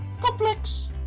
Complex